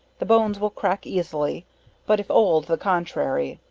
the bones will crack easily but if old, the contrary,